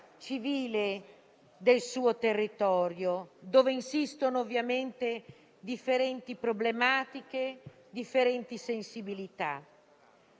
civile del proprio territorio, dove insistono ovviamente differenti problematiche, diverse sensibilità.